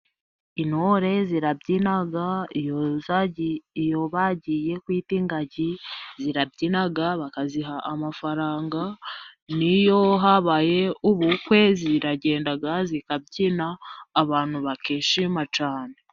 Intore zirabyina iyo bagiye kwita ingagi zirabyina bakaziha amafaranga, niyo habaye ubukwe ziragenda zikabyina abantu bakishima cyane.